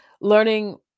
learning